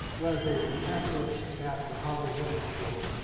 was a professor at the harvard business school